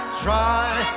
try